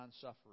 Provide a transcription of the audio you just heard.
suffering